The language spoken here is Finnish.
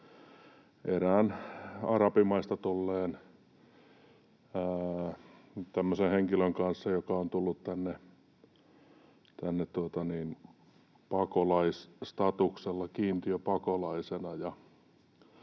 erään arabimaasta tulleen henkilön kanssa, joka on tullut tänne pakolaisstatuksella, kiintiöpakolaisena,